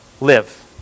live